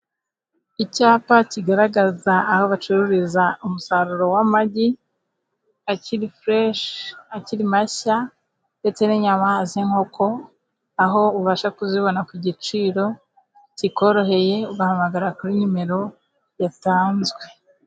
Icyapa kigaragaza aho bacururiza umusaruro w'amagi, akiri fureshi, akiri mashya, ndetse n'inyama z'inkoko, aho ubasha kuzibona ku giciro kikoroheye, ugahamagara kuri nimero yatanzwe.